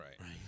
Right